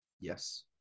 Yes